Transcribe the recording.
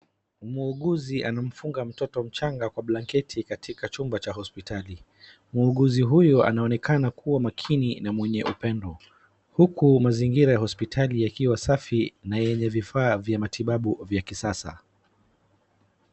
Muuguzi anamfunga mtoto mchanga kwa blanketi katika chumba cha hospitali. Muuguzi huyu anaonekana kuwa makini na mwenye upendo. Huku mazingira ya hospitali yakiwa safi na yenye vifaa vya matibabu vya kisasa.